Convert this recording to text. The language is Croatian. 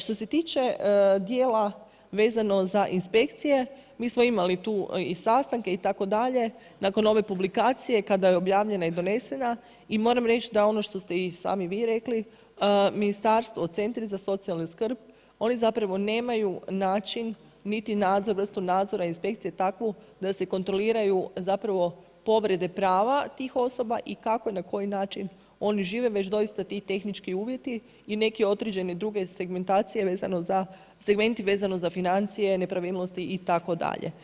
Što se tiče djela vezano za inspekcije, mi imali tu i sastanke itd., nakon ove publikacije kada je objavljena i donesena, i moram reći da ono što ste i sami vi rekli, ministarstvo, centri za socijalnu skrb, oni zapravo nemaju način niti vrstu nadzora inspekcije takvu da se kontroliraju zapravo povrede prava tih osoba i kako i na koji način oni žive, već doista ti tehnički uvjeti i neke određeni drugi segmenti vezani za financije, nepravilnosti itd.